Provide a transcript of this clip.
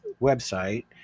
website